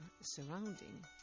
surrounding